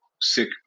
sick